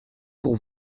pour